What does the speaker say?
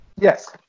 Yes